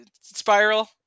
spiral